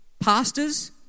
Pastors